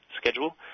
schedule